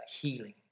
healing